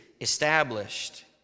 established